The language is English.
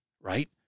right